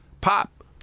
pop